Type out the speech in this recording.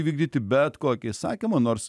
įvykdyti bet kokį įsakymą nors